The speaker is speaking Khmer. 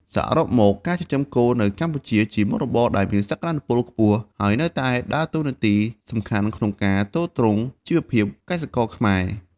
សរុបមក ការចិញ្ចឹមគោនៅកម្ពុជាជាមុខរបរដែលមានសក្តានុពលខ្ពស់ ហើយនៅតែដើរតួនាទីសំខាន់ក្នុងការទ្រទ្រង់ជីវភាពកសិករខ្មែរ។